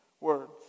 words